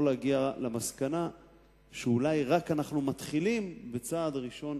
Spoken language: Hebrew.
יכול להגיע למסקנה שאולי אנחנו רק מתחילים בצעד ראשון